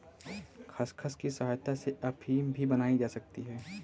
खसखस की सहायता से अफीम भी बनाई जा सकती है